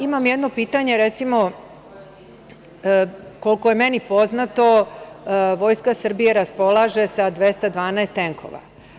Imam jedno pitanje, koliko je meni poznato, Vojska Srbije raspolaže sa 212 tenkova.